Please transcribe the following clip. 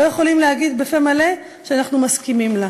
לא יכולים להגיד בפה מלא שאנחנו מסכימים לה.